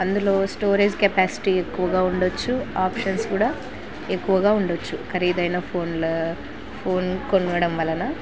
అందులో storage capacity ఎక్కువగా ఉండచ్చు ఆప్షన్స్ కూడా ఎక్కువగా ఉండవచ్చు ఖరీదైన ఫోన్ల ఫోన్ కొనగడం వలన